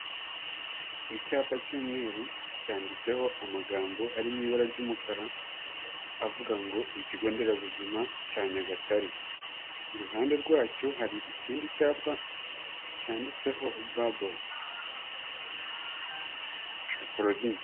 Icyapa cy'umweru cyanditseho amagambo ari mu ibara ry'umukara, avuga ngo ikigo nderabuzima cya Nyagatare iruhande rwacyo hari ikindi cyapa cyanditseho babo. Sha Claudi?